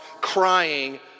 crying